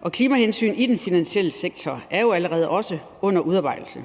og klimahensyn er i den finansielle sektor jo allerede også under udarbejdelse.